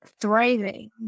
thriving